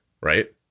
right